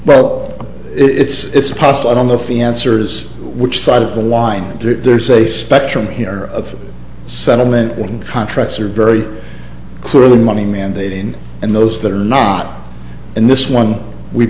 well it's possible i don't know if the answer is which side of the line there's a spectrum here of settlement one contracts are very clearly money mandating and those that are not and this one we